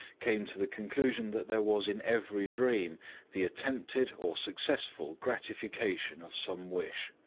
came to the conclusion that there was in every dream the attempted or successful gratification of some wish,